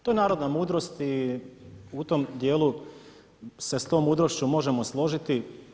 To je narodna mudrost i u tom dijelu se s tom mudrošću možemo složiti.